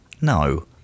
No